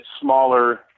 smaller